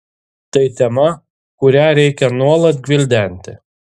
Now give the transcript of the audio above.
tai tema kurią reikia nuolat gvildenti